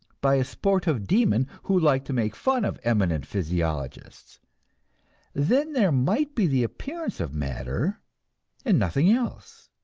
by a sportive demon who liked to make fun of eminent physiologists then there might be the appearance of matter and nothing else